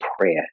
prayer